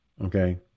Okay